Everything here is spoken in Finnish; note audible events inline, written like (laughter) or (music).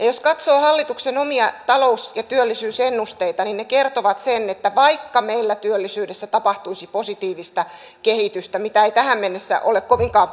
(unintelligible) jos katsoo hallituksen omia talous ja työllisyysennusteita niin ne kertovat sen että vaikka meillä työllisyydessä tapahtuisi positiivista kehitystä mitä ei tähän mennessä ole kovinkaan (unintelligible)